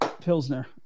Pilsner